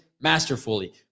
masterfully